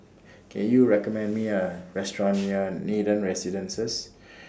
Can YOU recommend Me A Restaurant near Nathan Residences